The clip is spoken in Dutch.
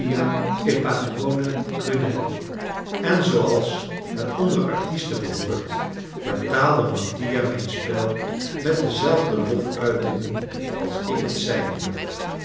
crudele en zooals het onder artisten behoort betaalde mattia mijn spel met dezelfde loftuitingen als ik het zijne